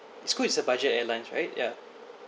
scoot is a budget airlines right ya